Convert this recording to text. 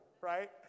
right